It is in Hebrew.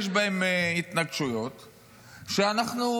יש בהם התנגשויות שאנחנו,